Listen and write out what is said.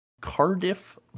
Cardiff